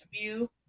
view